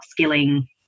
upskilling